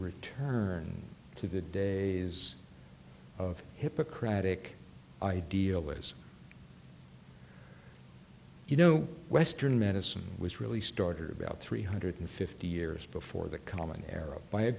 return to the days of hippocratic ideal is you know western medicine was really started about three hundred fifty years before the common era by a